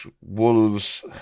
Wolves